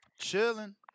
Chilling